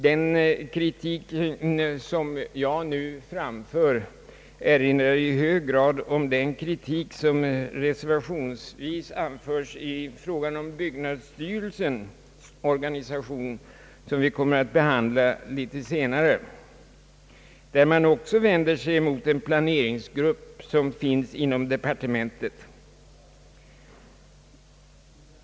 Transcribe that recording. Den kritik, som jag nu framför, erinrar i hög grad om den kritik, som reservationsvis anförs i fråga om byggnadsstyrelsens organisation som vi kommer att behandla litet senare och som innebär att man vänder sig mot den planeringsgrupp som finns inom det departementet.